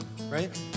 right